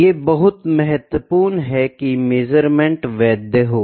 ये बहुत महत्वपूर्ण है की मेज़रमेंट वैध हो